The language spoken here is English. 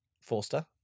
Forster